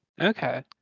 Okay